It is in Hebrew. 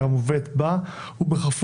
באלול